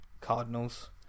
Cardinals